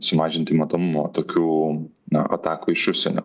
sumažinti matomumą tokių na atakų iš užsienio